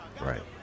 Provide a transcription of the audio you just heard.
Right